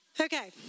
okay